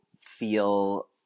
feel